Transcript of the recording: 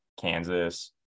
Kansas